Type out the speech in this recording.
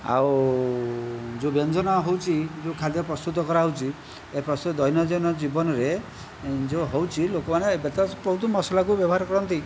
ଆଉ ଯେଉଁ ବ୍ୟଞ୍ଜନ ହେଉଛି ଯେଉଁ ଖାଦ୍ୟ ପ୍ରସ୍ତୁତ କରା ହେଉଛି ଏ ଦୈନନ୍ଦିନ ଜୀବନରେ ଯେଉଁ ହେଉଛି ଲୋକମାନେ ଏବେ ତ ବହୁତ ମସଲାକୁ ବ୍ୟବହାର କରନ୍ତି